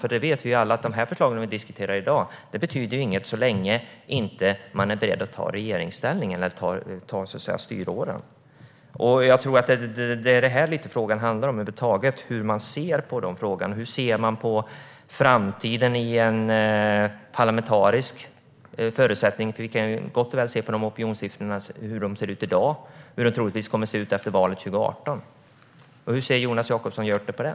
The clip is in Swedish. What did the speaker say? Vi vet alla att de förslag vi diskuterar i dag inte betyder något så länge man inte är beredd att ta regeringsmakten och styråran. Jag tror att det är lite grann detta frågan handlar om över huvud taget: Hur ser man på detta? Hur ser man på framtiden under denna parlamentariska förutsättning? Vi ser ju gott och väl hur opinionssiffrorna ser ut i dag och hur det troligtvis kommer att se ut efter valet 2018. Hur ser Jonas Jacobsson Gjörtler på det?